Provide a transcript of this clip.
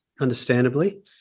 understandably